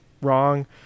wrong